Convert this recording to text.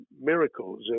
miracles